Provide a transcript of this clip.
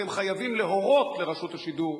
אתם חייבים להורות לרשות השידור,